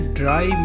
dry